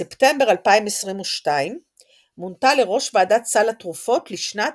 בספטמבר 2022 מונתה לראש ועדת סל התרופות לשנת